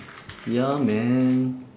ya man